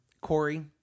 Corey